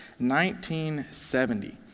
1970